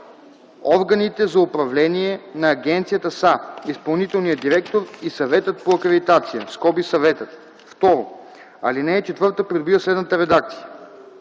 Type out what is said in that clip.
Органите за управление на агенцията са изпълнителният директор и Съвета по акредитация (Съветът).” 2. Алинея 4 придобива следната редакция: